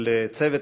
מתנדב),